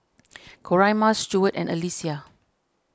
Coraima Stuart and Alyssia